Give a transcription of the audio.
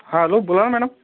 hello बोला ना madam